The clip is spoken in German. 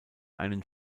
einen